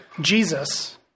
Jesus